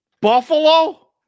Buffalo